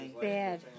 bad